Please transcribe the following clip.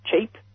cheap